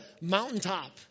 mountaintop